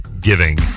Giving